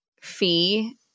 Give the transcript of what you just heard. fee